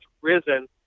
risen